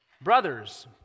Brothers